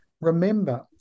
remember